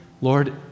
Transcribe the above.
Lord